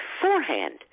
beforehand